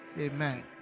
Amen